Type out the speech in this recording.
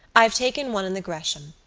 i've taken one in the gresham.